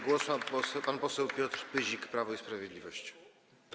Głos ma pan poseł Piotr Pyzik, Prawo i Sprawiedliwość.